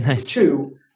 Two